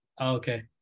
Okay